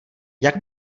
jak